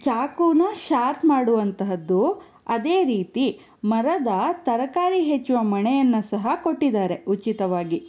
ಚಾಕುನ sharp ಮಾಡುವಂತಹದ್ದು ಅದೇ ರೀತಿ ಮರದ ತರಕಾರಿ ಹೆಚ್ಚುವ ಮಣೆಯನ್ನು ಸಹ ಕೊಟ್ಟಿದ್ದಾರೆ ಉಚಿತವಾಗಿ